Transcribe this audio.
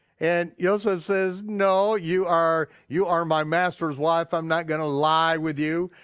and yoseph says no, you are you are my master's wife, i'm not gonna lie with you.